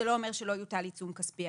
זה לא אומר שלא יוטל עיצום כספי.